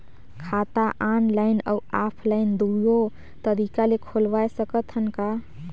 खाता ऑनलाइन अउ ऑफलाइन दुनो तरीका ले खोलवाय सकत हन का?